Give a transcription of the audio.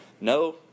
no